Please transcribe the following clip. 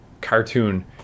cartoon